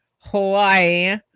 Hawaii